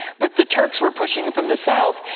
but the turks were pushing from the south,